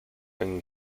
and